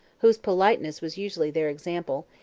whose politeness was usually their example,